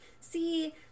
See